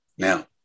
Now